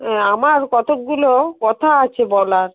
আমার কতগুলো কথা আছে বলার